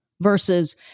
versus